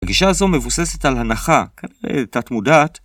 הגישה הזו מבוססת על הנחה, תת-מודעת,